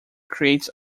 creates